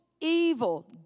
evil